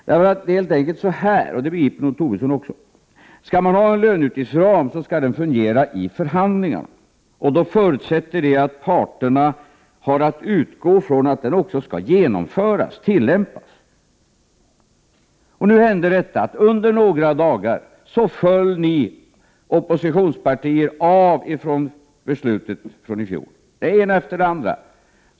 Det är helt enkelt så här, och det begriper nog Lars Tobisson också, att skall man ha en löneoch utgiftsram, skall den fungera i förhandlingarna, och det förutsätter att parterna har att utgå från att den också skall tillämpas. Nu hände detta att på några dagar föll ni oppositionspartier det ena efter det andra av ifrån beslutet från i fjol.